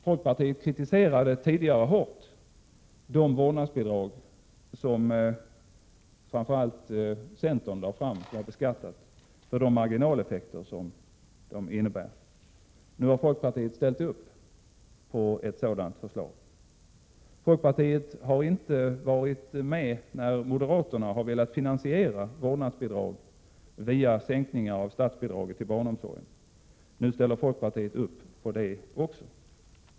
Tidigare kritiserade folkpartiet hårt de beskattade vårdnadsbidrag som framför allt centern lade fram förslag om, med tanke på de marginaleffekter som uppstår. Nu har folkpartiet ställt upp på ett sådant förslag. Folkpartiet har tidigare inte varit med när moderaterna velat finansiera vårdnadsbidrag genom att sänka statsbidraget till barnomsorgen, Men nu ställer folkpartiet upp på det också.